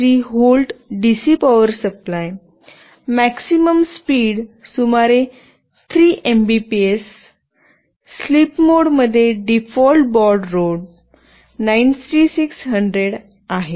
3 volt DC power supply maximum speed सुमारे 3 Mbps ची sleep मोडमध्ये डीफॉल्ट बाऊड रेट 9600 आहे